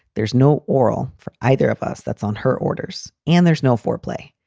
there's no oral for either of us. that's on her orders and there's no foreplay.